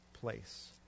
place